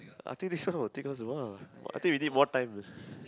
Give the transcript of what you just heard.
I think this one will take us a while I think we need more time